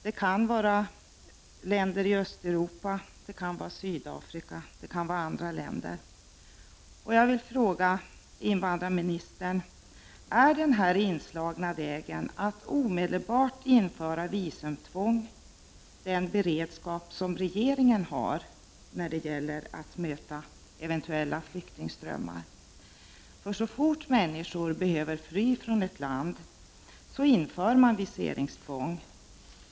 Det kan vara länder i Östeuropa, det kan vara Sydafrika och det kan vara andra länder. Jag vill fråga invandrarministern: Är den inslagna vägen att omedelbart införa viseringstvång den beredskap som regeringen har när det gäller att möta eventuella flyktingströmmar? Så fort människor behöver fly från ett land inför man viseringstvång.